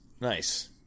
Nice